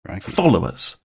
followers